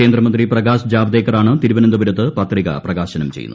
കേന്ദ്രമന്ത്രി പ്രകാശ് ജാവദേക്കറാണ് തിരുവനന്ത്പൂര്ത്ത് പത്രിക പ്രകാശനം ചെയ്യുന്നത്